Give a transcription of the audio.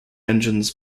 engines